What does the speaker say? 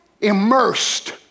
immersed